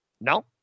No